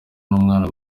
n’umwana